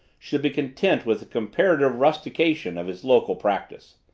should be content with the comparative rustication of his local practice.